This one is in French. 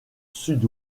sud